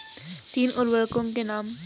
तीन उर्वरकों के नाम?